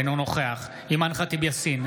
אינו נוכח אימאן ח'טיב יאסין,